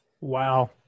Wow